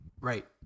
right